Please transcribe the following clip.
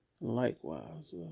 Likewise